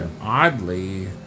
Oddly